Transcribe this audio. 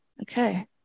Okay